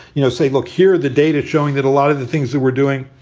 you know say, look here, the data showing that a lot of the things that we're doing,